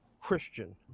Christian